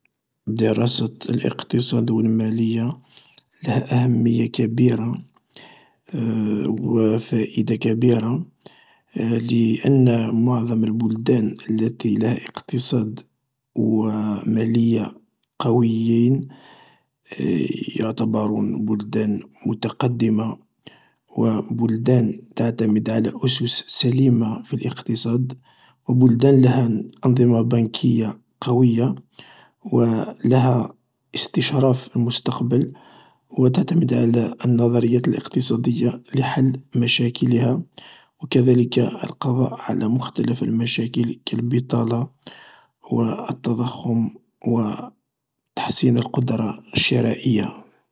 دراسة الإقتصاد و المالية لها أهمية كبيرة و فائدة كبيرة لأن معظم البلدان التي لها إقتصاد و مالية قويين، يعتبرون بلدان متقدمة و بلدان تعتمد على أسس سليمة في الإقتصاد و بلدان لها أنظمة بنكية قوية و لها إسشراف المستقبل و تعتمد على النضريات الإقتصادية لحل مشاكلها و كذلك القضاء على مختلف المشاكل كالبطالة و التضخم و تحسين القدرة الشرائية.